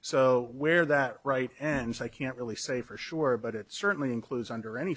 so where that right ends i can't really say for sure but it certainly includes under any